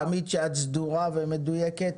תמיד את סדורה ומדויקת.